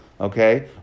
okay